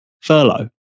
furlough